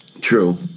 True